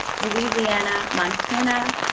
louisiana, montana,